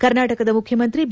ಕರ್ನಾಟಕದ ಮುಖ್ಯಮಂತ್ರಿ ಬಿ